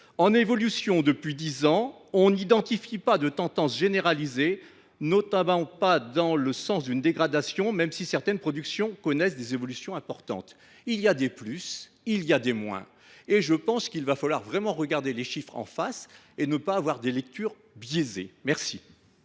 En évolution (depuis 10 ans), on n’identifie pas de tendance généralisée, notamment pas dans le sens d’une dégradation, même si certaines productions connaissent des évolutions importantes. » Il y a des plus, il y a des moins. Il faut vraiment bien regarder les chiffres, et ne pas en avoir une lecture biaisée. La